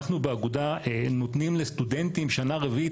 אנחנו באגודה נותנים לסטודנטים שנה רביעית,